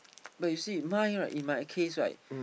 but you see mine right in my case right